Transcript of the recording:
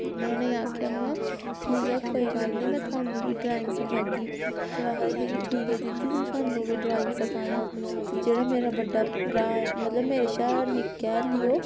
में उ'नें गी आखेआ महां ठीक ऐ कोई गल्ल निं में थुहानूं बी ड्राइंग सखागी ते ओह् आखदे हे कि ठीक ऐ दीदी तूं सानूं बी ड्राइंग सखायां ते जेह्ड़ा मेरा बड्डा भ्रा ऐ मतलब मेरे शा निक्का ऐ हल्ली ओह्